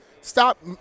stop